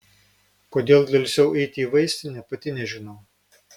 kodėl delsiau eiti į vaistinę pati nežinau